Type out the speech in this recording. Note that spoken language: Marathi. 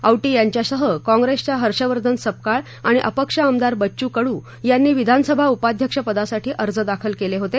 औटी यांच्यासह काँप्रेसच्या हर्षवर्धन सपकाळ आणि अपक्ष आमदार बच्चू कडू यांनी विधानसभा उपाध्यक्षपदासाठी अर्ज दाखल केले होते